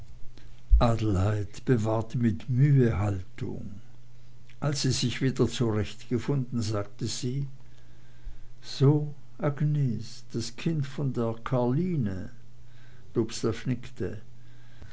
adelheid bewahrte mit mühe haltung als sie sich wieder zurechtgefunden sagte sie so agnes das kind von der karline